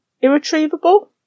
Irretrievable